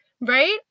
right